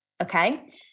Okay